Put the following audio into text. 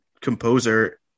composer